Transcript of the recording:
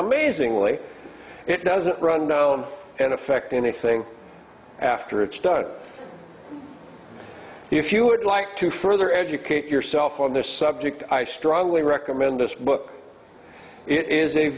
amazingly it doesn't run down and affect anything after it's done if you would like to further educate yourself on this subject i strongly recommend this book i